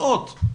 מאות ילדים.